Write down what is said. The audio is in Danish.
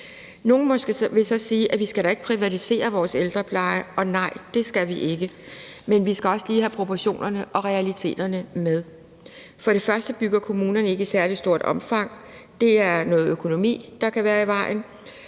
Nogle vil så måske sige, at vi da ikke skal privatisere vores ældrepleje. Og nej, det skal vi ikke. Men vi skal også lige have proportionerne og realiteterne med. For det første bygger kommunerne ikke i særlig stort omfang. Det er noget økonomi, der kan være i vejen.